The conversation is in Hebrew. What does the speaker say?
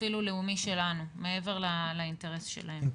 אינטרס אפילו לאומי שלנו מעבר לאינטרס שלהם.